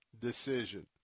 decision